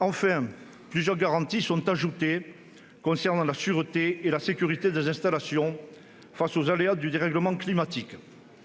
Enfin, plusieurs garanties sont ajoutées concernant la sûreté et la sécurité des installations face aux aléas du dérèglement climatique.